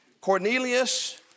Cornelius